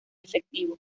efectivo